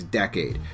decade